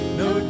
no